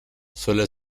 suele